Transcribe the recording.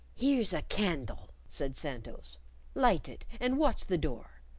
here's a candle, said santos light it, and watch the door.